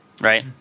right